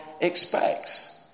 expects